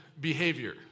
behavior